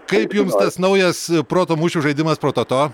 kaip jums tas naujas proto mūšių žaidimas prototo